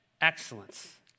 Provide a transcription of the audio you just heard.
excellence